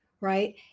right